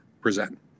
present